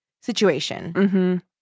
situation